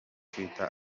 twitter